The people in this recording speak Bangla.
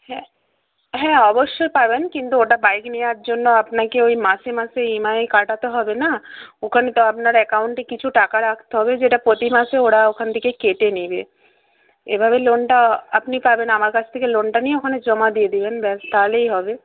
হ্যাঁ হ্যাঁ অবশ্যই পাবেন কিন্তু ওটা বাইক নেওয়ার জন্য আপনাকে ওই মাসে মাসে ই এম আই কাটাতে হবে না ওখানে তো আপনার অ্যাকাউন্টে কিছু টাকা রাখতে হবে যেটা প্রতি মাসে ওরা ওখান থেকে কেটে নেবে এভাবে লোনটা আপনি পাবেন আমার কাছ থেকে লোনটা নিয়ে ওখানে জমা দিয়ে দেবেন ব্যস তাহলেই হবে